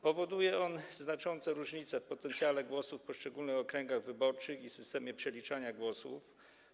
Powoduje on znaczące różnice w potencjale głosów w poszczególnych okręgach wyborczych i systemie przeliczania głosów.